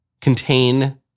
contain